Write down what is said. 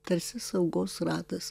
tarsi saugos ratas